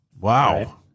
Wow